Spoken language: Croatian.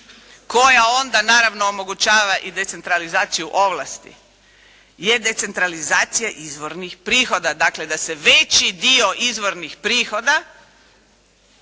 koja onda naravno omogućava i decentralizaciju ovlasti je decentralizacija izvornih prihoda, dakle da se veći dio izvornih prihoda